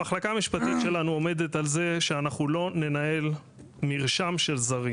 המחלקה המשפטית שלנו עומדת על זה שאנחנו לא ננהל מרשם של זרים.